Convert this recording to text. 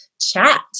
chat